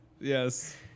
Yes